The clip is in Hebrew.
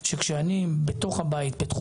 כי אתה בא לבוס שלך ואתה אומר לו תקשיב,